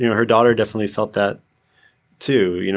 you know her daughter definitely felt that too. you know